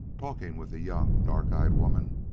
talking with the young, dark-eyed woman,